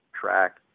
track